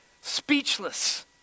Speechless